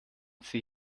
sie